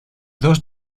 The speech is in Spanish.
dos